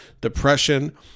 Depression